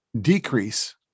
decrease